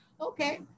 okay